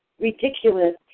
ridiculous